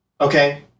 Okay